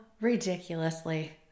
ridiculously